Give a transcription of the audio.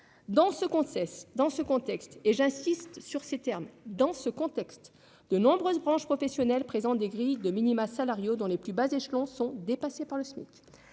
Dans ce contexte- j'insiste sur ce terme -, de nombreuses branches professionnelles présentent des grilles de minima salariaux dont les plus bas échelons sont dépassés par le SMIC.